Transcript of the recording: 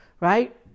right